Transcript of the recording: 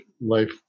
life